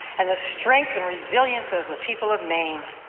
and the strength and resilience of the people of maine.